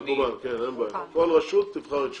מקובל, כל רשות תבחר את שלה.